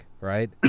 Right